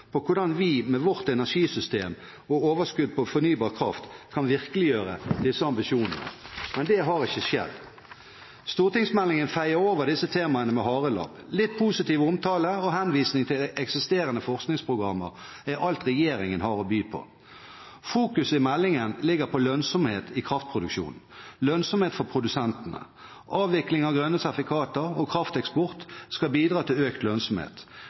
på hvordan vi, med vårt energisystem og overskudd på fornybar kraft, kan virkeliggjøre disse ambisjonene, men det har ikke skjedd. Stortingsmeldingen feier over disse temaene med harelabb. Litt positiv omtale og henvisning til eksisterende forskningsprogrammer er alt regjeringen har å by på. Meldingen fokuserer på lønnsomhet i kraftproduksjon – lønnsomhet for produsentene. Avvikling av grønne sertifikater og krafteksport skal bidra til økt lønnsomhet.